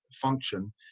function